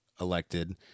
elected